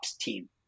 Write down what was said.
team